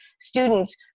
students